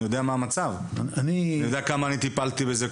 אני יודע מה המצב ואני יודע כמה טיפלתי בזה.